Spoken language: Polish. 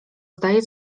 zdaje